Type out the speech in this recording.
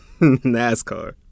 NASCAR